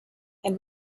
and